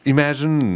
Imagine